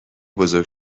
بزرگ